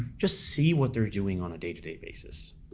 just see what they're doing on a day to day basis.